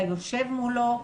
אתה יושב מולו,